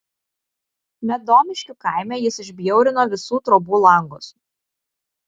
medomiškių kaime jis išbjaurino visų trobų langus